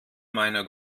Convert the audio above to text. meiner